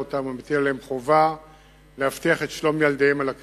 אותם ומטיל עליהם חובה להבטיח את שלום ילדיהם על הכביש.